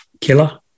killer